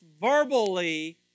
verbally